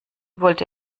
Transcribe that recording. wollte